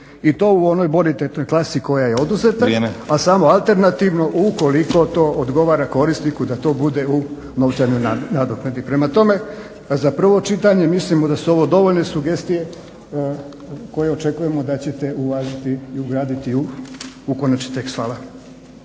i to u onoj bonitetnoj klasi koja je oduzeta … …/Upadica Stazić: Vrijeme./… … a samo alternativno ukoliko to odgovara korisniku da to bude u novčanoj nadoknadi. Prema tome, za prvo čitanje mislimo da su ovo dovoljne sugestije koje očekujemo da ćete uvažiti i ugraditi u konačni tekst.